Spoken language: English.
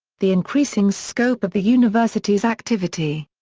the increasing scope of the university's activity.